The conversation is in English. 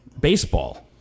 Baseball